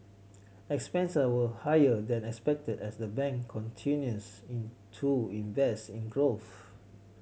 expense were higher than expected as the bank continues into invest in growth